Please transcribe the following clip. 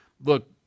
look